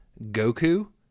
Goku